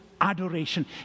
adoration